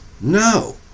no